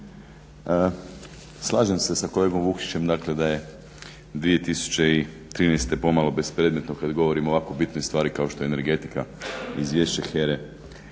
Slažem se sa kolegom Vukšićem da je 2013.pomalo bespredmetno kada govorimo o ovako bitnoj stvari kao što je energetika izvješće HERA-e,